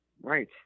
Right